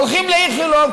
הולכים לאיכילוב,